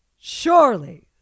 Surely